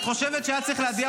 לאור הדיון,